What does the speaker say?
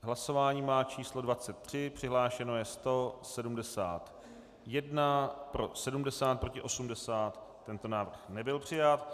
Hlasování má číslo 23, přihlášeno je 171, pro 70, proti 80, tento návrh nebyl přijat.